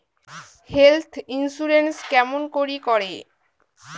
Health insurance কেমন করি করে?